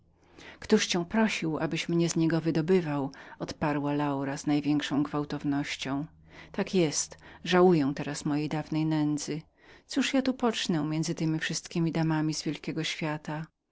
któż cię prosił abyś mnie z niego wydobywał odparła laura z największą gwałtownością tak jest żałuję teraz dawnej mojej nędzy cóż ja tu pocznę między temi wszystkiemi damami z wielkiego świata